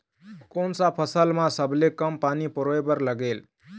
कोन सा फसल मा सबले कम पानी परोए बर लगेल?